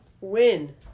win